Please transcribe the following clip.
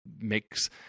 makes